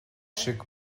шиг